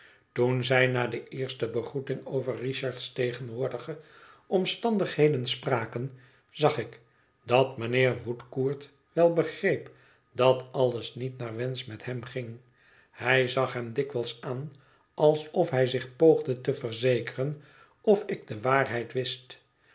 toen zij na de eerste begroeting over richard's tegenwoordige omstandigheden spraken zag ik dat mijnheer woodcourt wel begreep dat alles niet naar wensch met hem ging hij zag hem dikwijls aan alsof hij zich poogde te verzekeren of ik de waarheid wist